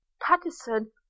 Patterson